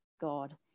God